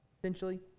essentially